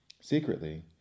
Secretly